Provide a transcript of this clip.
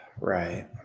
Right